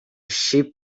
sheep